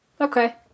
okay